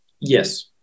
Yes